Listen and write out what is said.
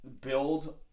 Build